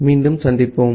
மீண்டும் சந்திப்போம்